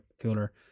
cooler